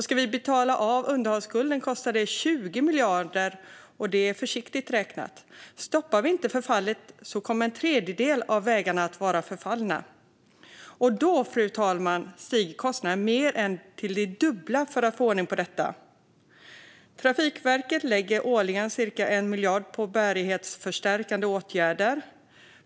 Ska vi betala av underhållsskulden kostar det 20 miljarder, och det är försiktigt räknat. Stoppar vi inte förfallet kommer en tredjedel av vägarna att vara förfallna. Och då, fru talman, stiger kostnaderna till mer än det dubbla för att få ordning på detta. Trafikverket lägger årligen cirka 1 miljard på bärighetsförstärkande åtgärder.